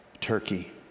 Turkey